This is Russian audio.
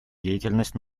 деятельность